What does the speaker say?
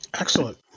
Excellent